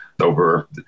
over